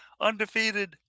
undefeated